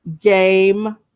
game